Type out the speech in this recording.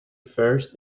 first